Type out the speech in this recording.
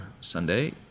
Sunday